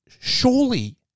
surely